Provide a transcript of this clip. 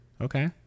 Okay